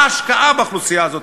מה ההשקעה באוכלוסייה הזאת?